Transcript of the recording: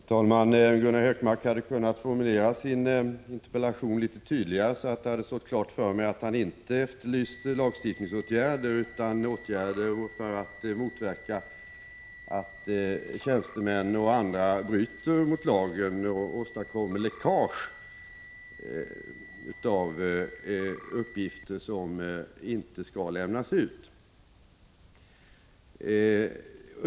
Herr talman! Gunnar Hökmark hade kunnat formulera sin interpellation litet tydligare. Då hade det kunnat stå klart för mig att han inte efterlyste lagstiftningsåtgärder, utan åtgärder för att motverka att tjänstemän och andra bryter mot lagen och därigenom åstadkommer läckage av uppgifter som inte skall lämnas ut.